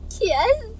Yes